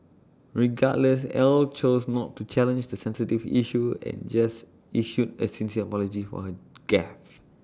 regardless Ell chose not to challenge the sensitive issue and just issued A sincere apology for her gaffe